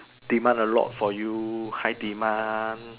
demand a lot for you high demand